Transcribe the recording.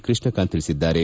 ಕೃಷ್ಣಕಾಂತ ತಿಳಿಸಿದ್ದಾರೆ